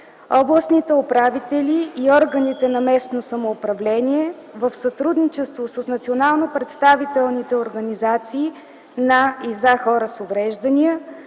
областните управители и органите на местно самоуправление в сътрудничество с Национално представителните организации на и за хора с увреждания,